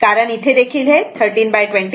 कारण इथे देखील हे 13